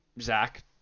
Zach